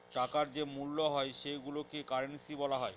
টাকার যে মূল্য হয় সেইগুলোকে কারেন্সি বলা হয়